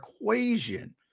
equation